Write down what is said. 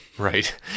Right